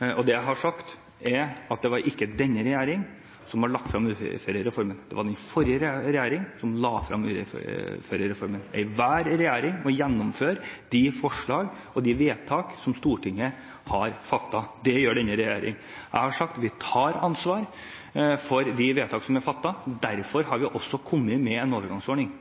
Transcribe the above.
Det jeg har sagt, er at det ikke var denne regjeringen som la frem uførereformen. Det var den forrige regjeringen som la frem uførereformen. Enhver regjering må gjennomføre de forslagene og de vedtakene som Stortinget har fattet. Det gjør denne regjeringen. Jeg har sagt at vi tar ansvar for de vedtakene som er fattet. Derfor har vi også kommet med en overgangsordning,